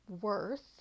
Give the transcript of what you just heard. worth